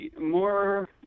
more